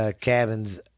cabins